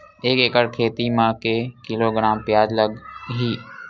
एक एकड़ खेती म के किलोग्राम प्याज लग ही?